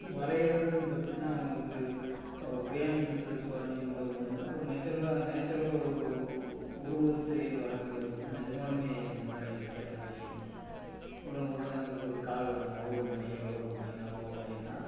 வரையிறதுன்னு பார்த்திங்கன்னா உங்களுக்கு crayon pencil வச்சு வரையும்போது பார்த்திங்கன்னா ஒரு நேச்சுரலாக நேச்சுரலாக ஒரு உருவத்தை வரையும் போது பார்த்திங்கன்னா நிஜமாலுமோ அது முன்னாடி நிக்கிறமாதிரியே இருக்கும் ஒரு உதாரணத்துக்கு ஒரு காகமோ ஒரு மயிலோ ஒரு மைனாவோ வரையணுன்னா